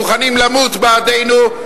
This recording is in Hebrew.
מוכנים למות בעדנו: